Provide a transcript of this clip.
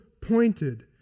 pointed